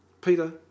Peter